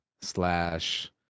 slash